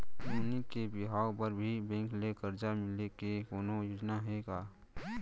नोनी के बिहाव बर भी बैंक ले करजा मिले के कोनो योजना हे का?